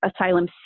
asylum